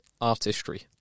artistry